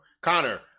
Connor